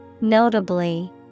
Notably